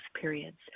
periods